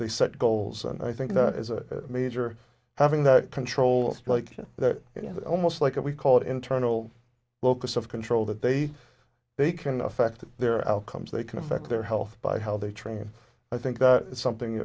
they set goals and i think that is a major having that control like that you know almost like we call it internal locus of control that they they can affect their outcomes they can affect their health by how they train i think that is something